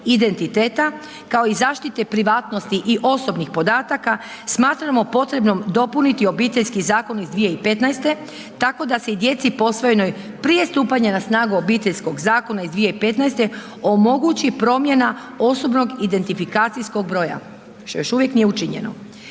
identiteta kao i zaštite privatnosti i osobnih podataka smatramo potrebnim dopuniti Obiteljski zakon iz 2015. tako da se i djeci posvojenoj prije stupanja na snagu Obiteljskog zakona iz 2015. omogući promjena osobnog identifikacijskog broja, što još uvijek nije učinjeno.